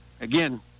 again